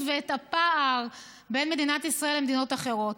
ואת הפער בין מדינת ישראל למדינות אחרות.